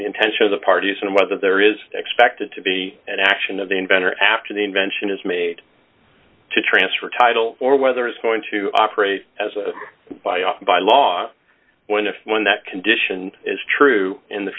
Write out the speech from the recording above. intention of the parties and whether there is expected to be an action of the inventor after the invention is made to transfer title or whether it's going to operate as a buy off by law when if when that condition is true in the